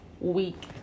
week